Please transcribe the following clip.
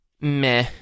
meh